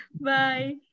Bye